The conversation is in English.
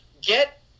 get